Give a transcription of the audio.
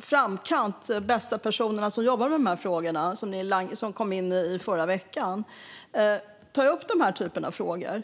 framkant och de bästa personerna som jobbar med de här frågorna, tar upp den här typen av frågor.